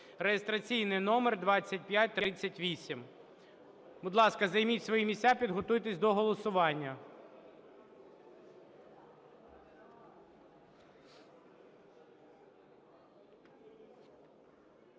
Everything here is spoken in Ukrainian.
(реєстраційний номер 2538). Будь ласка, займіть свої місця. Підготуйтесь до голосування.